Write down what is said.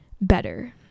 better